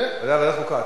ועדת חוקה.